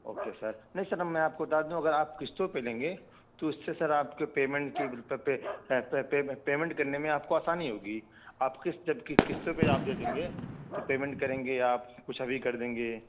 okay sir نہیں sir میں آپ کو بتا دوں اگر آپ قسطوں پہ لیں گے تو اس سے سر آپ کے پیمنٹ کی پیمنٹ کرنے میں آپ کو آسانی ہوگی آپ قسط جب قسطوں پہ آپ دے دیں گے تو پیمنٹ کریں گے یا آپ کچھ ابھی کر دیں گے